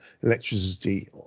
electricity